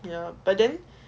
ya but then